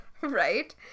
Right